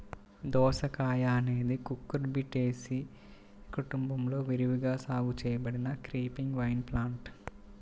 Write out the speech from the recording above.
దోసకాయఅనేది కుకుర్బిటేసి కుటుంబంలో విరివిగా సాగు చేయబడిన క్రీపింగ్ వైన్ప్లాంట్